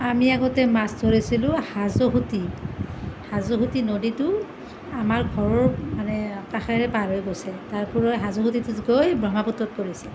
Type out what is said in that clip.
আমি আগতে মাছ ধৰিছিলোঁ হাজো খুটি হাজো খুটি নদীটো আমাৰ ঘৰৰ মানে কাষেৰে পাৰ হৈ গৈছে তাৰ পৰা হাজো খুটিটো গৈ ব্ৰহ্মপুত্ৰত পৰিছে